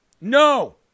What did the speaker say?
no